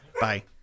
Bye